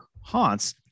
haunts